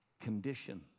condition